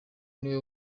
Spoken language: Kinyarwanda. niwe